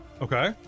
okay